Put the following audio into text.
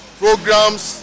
programs